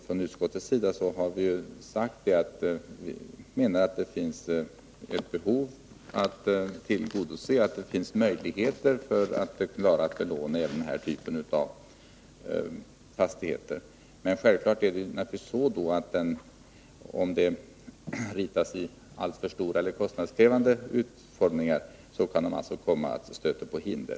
Från utskottets sida har vi sagt att det finns ett behov av att tillgodose möjligheterna till lån även för den här typen av fastigheter. Men självfallet är det så att om det får alltför stora och kostnadskrävande utformningar så kan det komma att stöta på hinder.